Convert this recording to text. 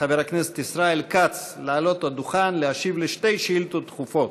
חבר הכנסת ישראל כץ לעלות לדוכן ולהשיב על שתי שאילתות דחופות.